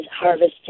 harvested